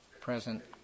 present